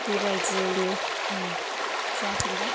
बेबायदियैनो जायाखै होनबा